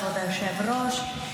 כבוד היושב-ראש,